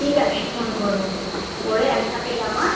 ঠিক আছে ফোন করবো করে একসাথে যাবো হ্যাঁ